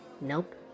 Nope